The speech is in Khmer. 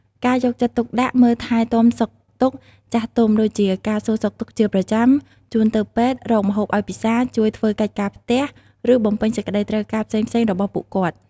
ការយកចិត្តទុកដាក់មើលថែទាំសុខទុក្ខចាស់ទុំដូចជាការសួរសុខទុក្ខជាប្រចាំ ជូនទៅពេទ្យ រកម្ហូបឲ្យពិសា ជួយធ្វើកិច្ចការផ្ទះ ឬបំពេញសេចក្ដីត្រូវការផ្សេងៗរបស់ពួកគាត់។